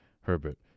Herbert